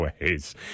ways